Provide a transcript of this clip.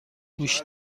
گوشت